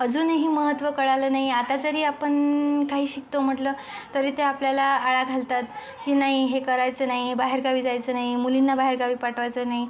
अजूनही महत्त्व कळले नाही आता जरी आपण काही शिकतो म्हटलं तरी ते आपल्याला आळा घालतात की नाही हे करायचं नाही बाहेरगावी जायचं नाही मुलींना बाहेरगावी पाठवायचं नाही